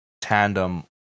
tandem